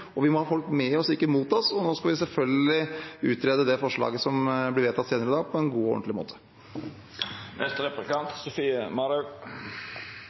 Vi må ha folk med oss, ikke mot oss, og nå skal vi selvfølgelig utrede, i tråd med det forslaget som blir vedtatt senere i dag, på en god og ordentlig måte.